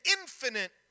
infinite